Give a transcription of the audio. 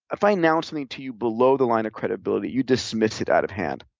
if i announce something to you below the line of credibility, you dismiss it out of hand.